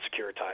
securitized